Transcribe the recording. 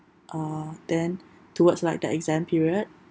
uh then towards like the exam period